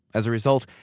as a result,